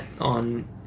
on